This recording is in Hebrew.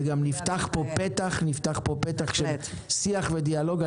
וגם נפתח פה פתח, נפתח פה פתח של שיח ודיאלוג.